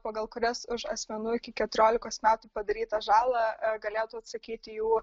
pagal kurias už asmenų iki keturiolikos metų padarytą žalą galėtų atsakyti jų